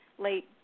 late